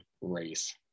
race